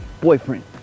boyfriend